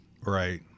Right